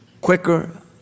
quicker